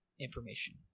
information